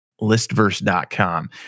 listverse.com